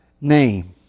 name